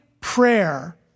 prayer